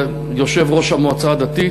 יושב-ראש המועצה הדתית,